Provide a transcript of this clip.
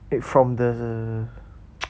from the